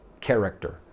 character